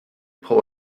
pull